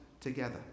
together